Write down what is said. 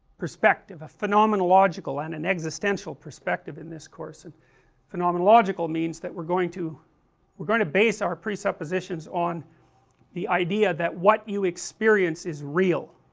perspective, a phenomenological and an existential perspective in this course, and phenomenological means that we are going to we are going to base our presuppositions on the idea that what you experience is real,